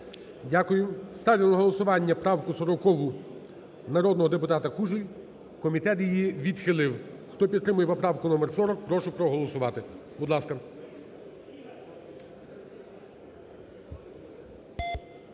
Дякую. Ставлю на голосування правку 40 народного депутата Кужель, комітет її відхилив. Хто підтримує поправку номер 40, прошу проголосувати, будь ласка.